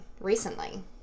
recently